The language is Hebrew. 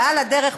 רציתי לעבוד.